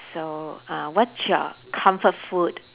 so uh what your comfort food